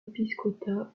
épiscopat